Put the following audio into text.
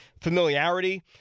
familiarity